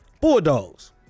Bulldogs